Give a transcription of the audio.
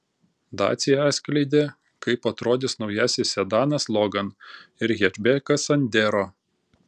dacia atskleidė kaip atrodys naujasis sedanas logan ir hečbekas sandero